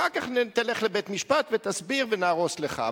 אחר כך תלך לבית-משפט ותסביר ונהרוס לך.